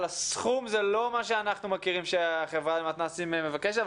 אבל הסכום זה לא מה שאנחנו מכירים שחברת המתנ"סים מבקשת,